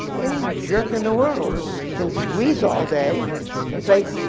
any jerk in the world can squeeze all day and say,